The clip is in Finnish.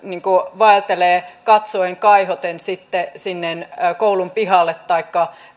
vaeltelee katsoen kaihoten sinne koulun pihalle taikka